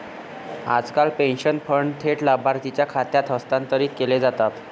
आजकाल pension fund थेट लाभार्थीच्या खात्यात हस्तांतरित केले जातात